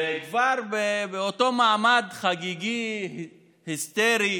וכבר באותו מעמד חגיגי היסטורי